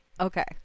Okay